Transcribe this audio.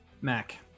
Mac